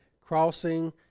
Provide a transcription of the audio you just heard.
crossing